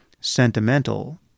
sentimental